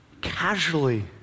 casually